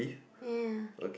ya ya ya